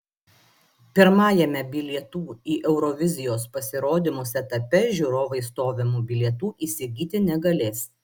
pirmajame bilietų į eurovizijos pasirodymus etape žiūrovai stovimų bilietų įsigyti negalės